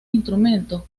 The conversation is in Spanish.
instrumentos